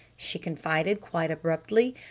she confided quite abruptly.